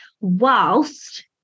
whilst